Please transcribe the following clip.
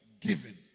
Given